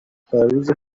تعویض